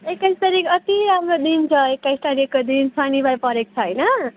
एक्काइस तारिख अत्ति राम्रो दिन छ एक्काइस तारिखको दिन शनिवार परेको छ होइन